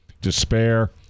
despair